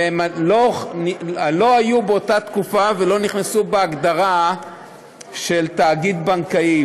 והם לא היו באותה תקופה ולא נכנסו להגדרה של תאגיד בנקאי,